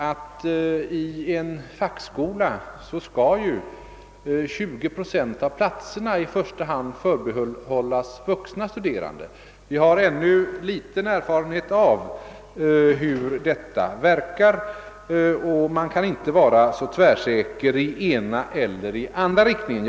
I en fackskola skall ju 20 procent av platserna i första hand förbehållas vuxna studerande. Vi har ännu liten erfarenhet av hur detta verkar och kan inte vara så tvärsäkra i den ena eller den andra riktningen.